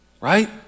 right